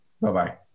Bye-bye